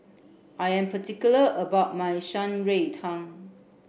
I am particular about my Shan Rui Tang